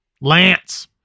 lance